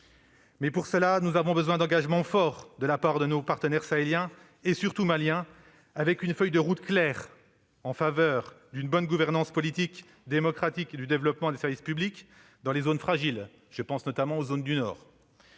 faire, nous avons besoin d'engagements forts de la part de nos partenaires sahéliens, surtout maliens. Il faut une feuille de route claire en faveur d'une bonne gouvernance politique démocratique et du développement de services publics dans les zones fragiles- je pense notamment aux zones du Nord